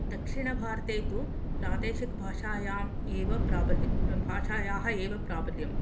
दक्षिणभारते तु प्रादेशिकभाषायाम् एव भाषायाः एव प्रावल्यं